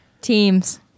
Teams